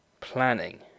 planning